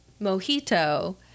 mojito